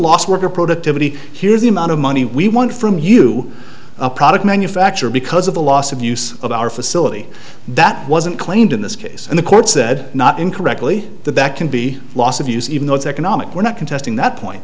last worker productivity here's the amount of money we want from you a product manufacturer because of the loss of use of our facility that wasn't claimed in this case and the court said not incorrectly that that can be loss of use even though it's economic we're not contesting that point